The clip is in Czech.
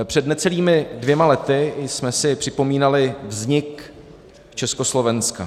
Před necelými dvěma lety jsme si připomínali vznik Československa.